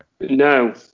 no